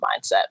mindset